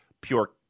pure